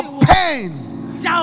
pain